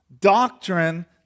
Doctrine